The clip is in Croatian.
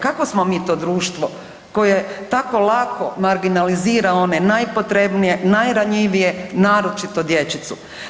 Kakvo smo mi to društvo koje tako lako marginalizira one najpotrebnije, najranjivije naročito dječicu?